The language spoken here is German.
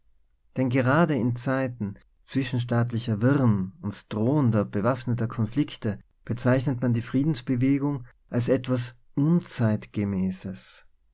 denn gerade in zeiten zwischenstaats lieber wirren und drohender bewaffneter konflikte be zeichnet man die friedensbewegung als etwas unzeit